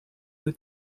out